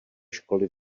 školy